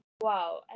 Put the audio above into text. wow